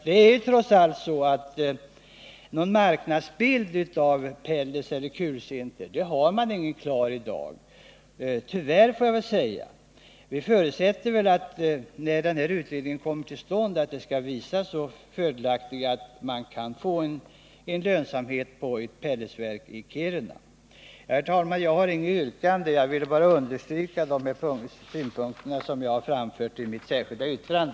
Det är trots allt så att man tyvärr inte har någon klar marknadsbild i dag när det gäller pellets eller kulsinter. Vi förutsätter att den tilltänkta utredningen kommer att visa att man kan få lönsamhet för ett pelletsverk i Kiruna. Herr talman! Jag har inget yrkande. Jag ville bara understryka de synpunkter som jag har framfört i mitt särskilda yttrande.